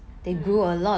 mm